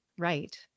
Right